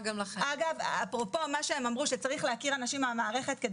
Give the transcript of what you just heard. אגב אפרופו מה שהם אמרו שצריך להכיר אנשים מהמערכת,